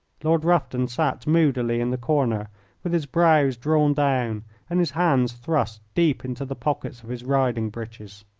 lord rufton sat moodily in the corner with his brows drawn down and his hands thrust deep into the pockets of his riding-breeches.